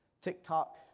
TikTok